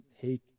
take